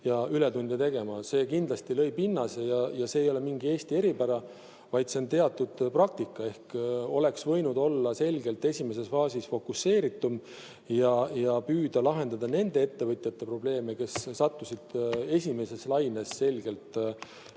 ja ületunde teha. See kindlasti lõi pinnase. Ja see ei ole mingi Eesti eripära, see on teatud praktika. Ehk oleks võinud esimeses faasis olla märksa fokuseeritum ja püüda lahendada nende ettevõtjate probleeme, kes sattusid esimeses laines selge rünnaku